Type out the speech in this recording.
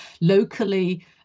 locally